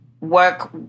work